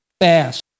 fast